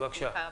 בשמחה רבה.